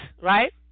right